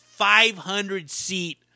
500-seat